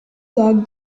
lock